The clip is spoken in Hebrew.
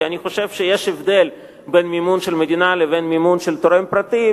כי אני חושב שיש הבדל בין מימון של מדינה לבין מימון של תורם פרטי,